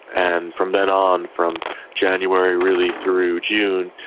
and from then on, from january really through june,